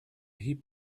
heap